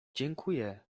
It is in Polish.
dziękuję